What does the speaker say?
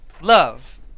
love